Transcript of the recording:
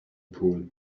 pool